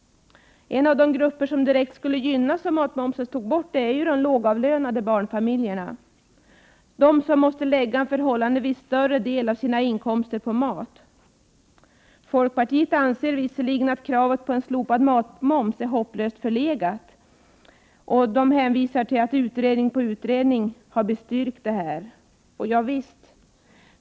En av de grupper som direkt skulle gynnas om matmomsen togs bort är de lågavlönade barnfamiljerna. De måste ju lägga en förhållandevis större del av sina inkomster på mat. Folkpartisterna anser visserligen att kravet på slopande av matmoms är hopplöst förlegat. De hänvisar till att utredning på utredning har bestyrkt detta.